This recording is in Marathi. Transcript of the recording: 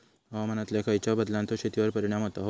हवामानातल्या खयच्या बदलांचो शेतीवर परिणाम होता?